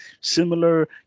similar